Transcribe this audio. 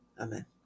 Amen